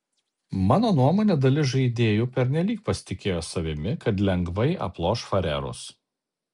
mano nuomone dalis žaidėjų pernelyg pasitikėjo savimi kad lengvai aploš farerus